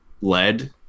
lead